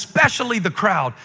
especially the crowd,